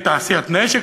אלף מונים על תעשיית הנשק,